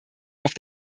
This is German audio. auf